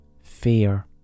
fear